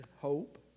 Hope